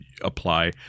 apply